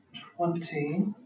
twenty